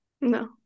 No